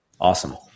Awesome